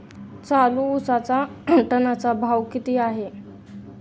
चालू उसाचा टनाचा भाव किती आहे?